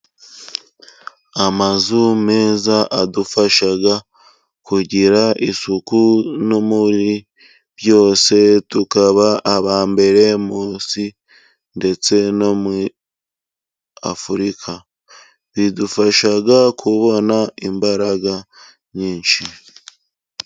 Amazu meza adufasha kugira isuku no muri byose tukaba aba mbere mu isi ndetse no muri Afurika, bidufashaga kubona imbaraga nyinshi.